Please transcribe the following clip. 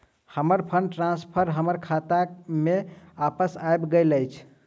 हमर fund transfer हमर खाता मे बापस आबि गइल अछि